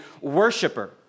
worshiper